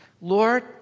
Lord